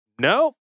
No